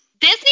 Disney